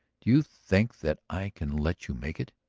do you think that i can let you make it?